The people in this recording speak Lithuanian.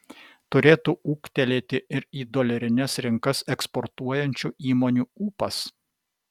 turėtų ūgtelėti ir į dolerines rinkas eksportuojančių įmonių ūpas